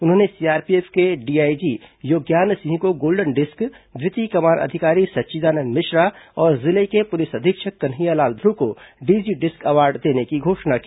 उन्होंने सीआरपीएफ के डीआईजी योज्ञान सिंह को गोल्डन डिस्क द्वितीय कमान अधिकारी सच्चिदानंद मिश्रा और जिले के पुलिस अधीक्षक कन्हैयालाल ध्र्व को डीजी डिस्क अवॉर्ड देने की घोषणा की